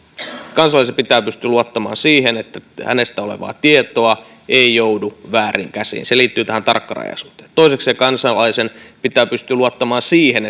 kansalaisen pitää pystyä luottamaan siihen että hänestä olevaa tietoa ei joudu vääriin käsiin se liittyy tähän tarkkarajaisuuteen toisekseen kansalaisen pitää pystyä luottamaan siihen